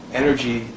energy